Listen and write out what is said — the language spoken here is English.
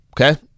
Okay